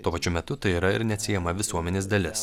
tuo pačiu metu tai yra ir neatsiejama visuomenės dalis